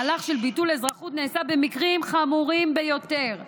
מהלך של ביטול אזרחות נעשה במקרים חמורים ביותר,